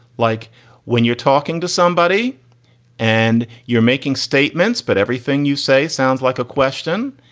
like when you're talking to somebody and you're making statements, but everything you say sounds like a question.